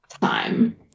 Time